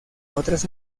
otras